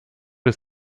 des